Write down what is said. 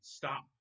stop